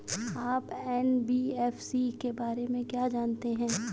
आप एन.बी.एफ.सी के बारे में क्या जानते हैं?